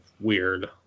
weird